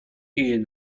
iść